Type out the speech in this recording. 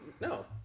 no